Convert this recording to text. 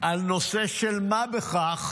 על נושא של מה בכך.